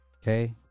Okay